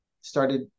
started